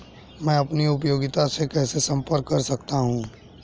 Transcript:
मैं अपनी उपयोगिता से कैसे संपर्क कर सकता हूँ?